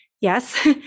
Yes